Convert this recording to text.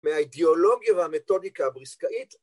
‫מהאידיאולוגיה והמתודיקה הבריסקאית.